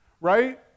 Right